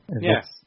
Yes